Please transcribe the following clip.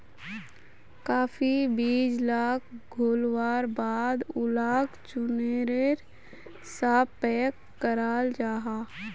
काफी बीज लाक घोल्वार बाद उलाक चुर्नेर सा पैक कराल जाहा